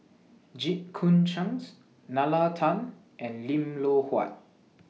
Jit Koon Ch'ng Nalla Tan and Lim Loh Huat